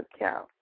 account